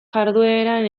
jardueran